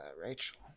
Rachel